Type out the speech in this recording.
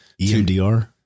EMDR